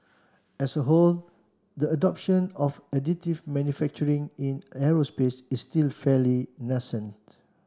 as a whole the adoption of additive manufacturing in aerospace is still fairly nascent